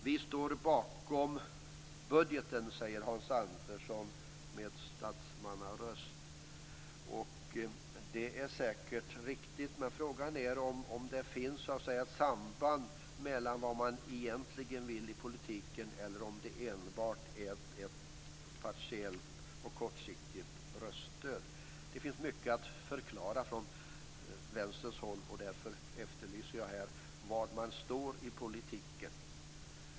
Vi står bakom budgeten, säger Hans Andersson med statsmannaröst. Det är säkert riktigt. Men frågan är om det finns ett samband med vad man egentligen vill i politiken eller om det enbart är ett partiellt och kortsiktigt röststöd. Det finns mycket att förklara från Vänsterns håll. Därför efterlyser jag här var man står i politiken.